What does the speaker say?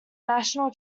national